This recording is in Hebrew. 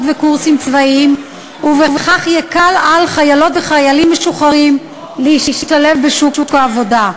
ובקורסים צבאיים ובכך יקל על חיילים משוחררים להשתלב בשוק העבודה.